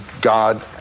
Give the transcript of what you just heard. God